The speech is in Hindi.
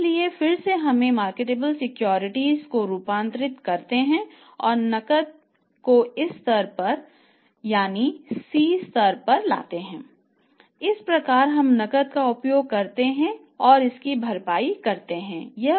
इस प्रकार हम नकद का उपयोग करते हैं और इसकी भरपाई करते हैं